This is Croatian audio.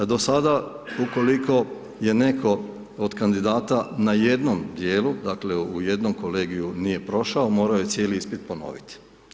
Do sada, ukoliko je netko od kandidata na jednom dijelu, dakle, u jednom kolegiju nije prošao, morao je cijeli ispit ponovit.